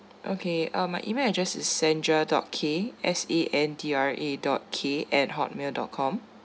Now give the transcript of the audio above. okay uh my email address is sandra dot K S A N D R A dot K at hotmail dot com